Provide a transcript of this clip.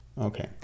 Okay